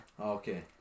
Okay